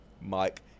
Mike